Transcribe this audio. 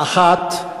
האחת היא